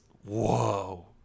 whoa